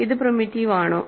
ഇത് പ്രിമിറ്റീവ് ആണോ